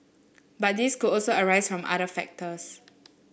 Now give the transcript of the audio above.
but these could also arise from other factors